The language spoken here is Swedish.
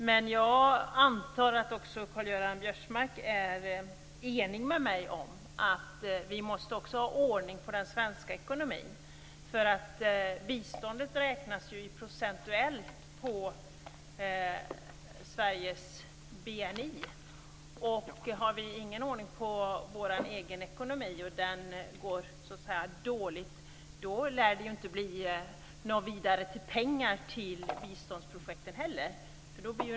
Men jag antar att Karl-Göran Biörsmark är enig med mig om att vi också måste ha ordning på den svenska ekonomin. Biståndet räknas ju procentuellt på Sveriges BNI. Och om vi inte har någon ordning på vår egen ekonomi och om det går dåligt i den, då lär det inte bli särskilt mycket pengar till biståndsprojekten heller.